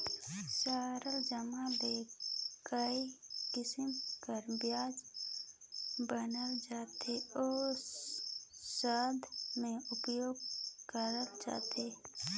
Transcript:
सलजम ले कइयो किसिम कर ब्यंजन बनाल जाथे अउ सलाद में उपियोग करल जाथे